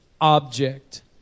object